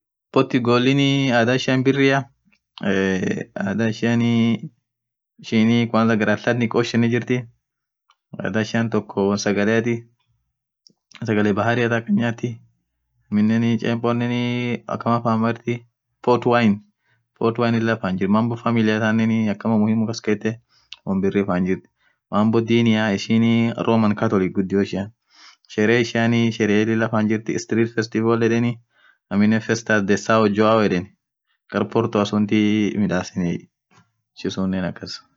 Portugaliniii adha ishian birria ee adha ishian ishini Kwanzaa gar athanic ocean jirthi adhaa ishian toko won sagaleathi sagale bahari than akhan nyathii aminen chemponen akama fan marthi port wine lila fan jirthi mambo familia thanen akamaa muhimu kaskethe won birri fan jirthi mambo dini ishini roman Catholic ghudio ishian Sheree lila fan jirthii three festival yedheni aminen fester dhesal yedheni ghar Porto sunnit midhasen ishin sunnen akas